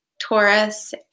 Taurus